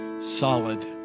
solid